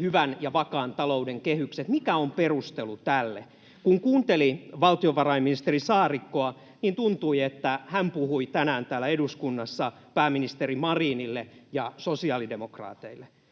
hyvän ja vakaan talouden kehykset. Mikä on perustelu tälle? Kun kuunteli valtiovarainministeri Saarikkoa, niin tuntui, että hän puhui tänään täällä eduskunnassa pääministeri Marinille ja sosiaalidemokraateille,